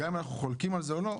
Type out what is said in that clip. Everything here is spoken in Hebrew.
גם אם אנחנו חולקים על זה או לא,